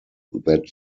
that